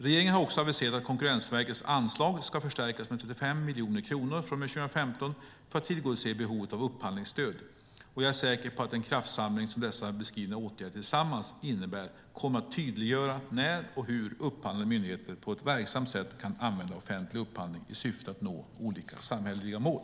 Regeringen har också aviserat att Konkurrensverkets anslag ska förstärkas med 35 miljoner kronor från och med 2015 för att tillgodose behovet av upphandlingsstöd. Jag är säker på att den kraftsamling som dessa beskrivna åtgärder tillsammans innebär kommer att tydliggöra när och hur upphandlande myndigheter på ett verksamt sätt kan använda offentlig upphandling i syfte att nå olika samhälleliga mål.